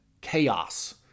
chaos